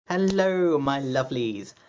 hello, my lovelies!